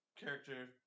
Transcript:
character